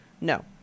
No